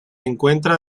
encuentra